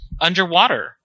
underwater